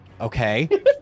okay